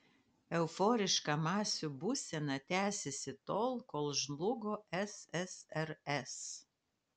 euforiška masių būsena tęsėsi tol kol žlugo ssrs